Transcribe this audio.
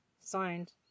signed